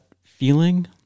feeling